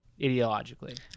ideologically